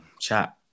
Chat